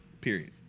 Period